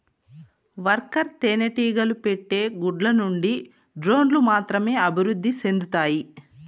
worker తేనెటీగలు పెట్టే గుడ్ల నుండి డ్రోన్లు మాత్రమే అభివృద్ధి సెందుతాయి